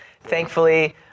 Thankfully